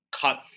cut